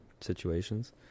situations